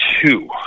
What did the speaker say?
two